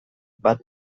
bat